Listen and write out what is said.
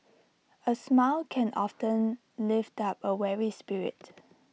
A smile can often lift up A weary spirit